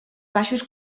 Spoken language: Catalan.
baixos